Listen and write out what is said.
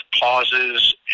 pauses